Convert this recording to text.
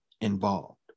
involved